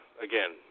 again